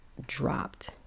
dropped